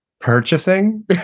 purchasing